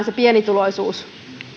se pienituloisuus